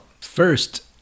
First